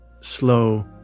slow